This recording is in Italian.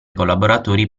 collaboratori